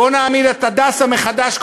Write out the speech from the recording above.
בוא נעמיד את "הדסה" מחדש,